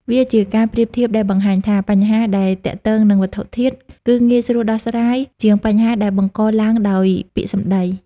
វាជាការប្រៀបធៀបដែលបង្ហាញថា បញ្ហាដែលទាក់ទងនឹងវត្ថុធាតុ គឺងាយស្រួលដោះស្រាយជាងបញ្ហាដែលបង្កឡើងដោយពាក្យសម្ដី។